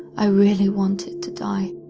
i really wanted to die.